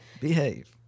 behave